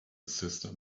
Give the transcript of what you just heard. cistern